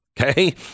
Okay